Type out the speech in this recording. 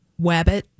wabbit